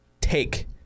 take